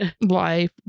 life